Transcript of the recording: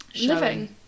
living